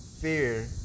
fear